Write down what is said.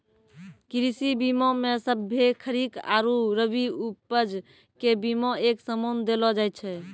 कृषि बीमा मे सभ्भे खरीक आरु रवि उपज के बिमा एक समान देलो जाय छै